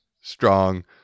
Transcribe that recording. strong